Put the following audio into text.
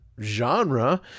genre